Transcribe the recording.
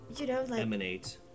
emanate